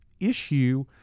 issue